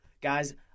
Guys